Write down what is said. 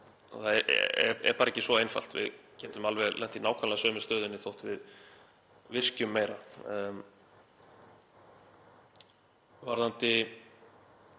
Það er bara ekki svo einfalt. Við getum alveg lent í nákvæmlega sömu stöðunni þótt við virkjum meira. Varðandi